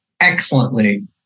excellently